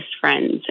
friends